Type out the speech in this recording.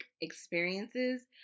experiences